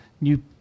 new